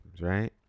right